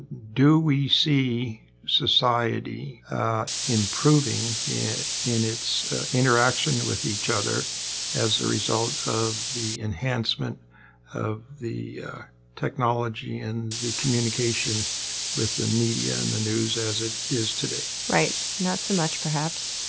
do we see society improving in its interaction with each other as a result of the enhancement of the technology and the communication with the media and the news as it is today? right. not so much, perhaps.